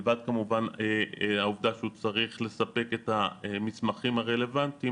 מלבד כמובן העובדה שהוא צריך לספק את המסמכים הרלוונטיים